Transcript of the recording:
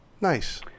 Nice